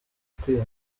ikwiye